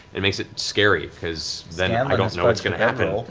it makes it scary because then and i don't know what's going to happen.